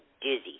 dizzy